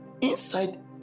Inside